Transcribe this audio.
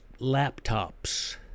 laptops